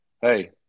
Hey